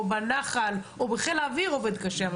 בנח"ל או בחיל האוויר עובד קשה,